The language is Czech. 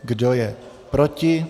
Kdo je proti?